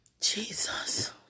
Jesus